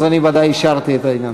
אז אני ודאי אישרתי את העניין,